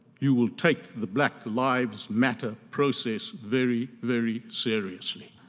you will take the black lives matter process very, very seriously.